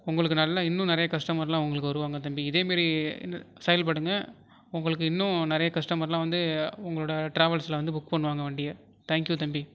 உங்களுக்கு நல்ல இன்னும் நிறைய கஸ்டமர்லாம் உங்களுக்கு வருவாங்க தம்பி இதேமாரி செயல்படுங்க உங்களுக்கு இன்னும் நிறைய கஸ்டமர்லாம் வந்து உங்களோடய டிராவல்ஸில் வந்து புக் பண்ணுவாங்க வண்டியை தேங்க்யூ தம்பி